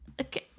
okay